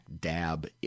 dab